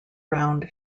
round